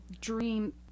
dream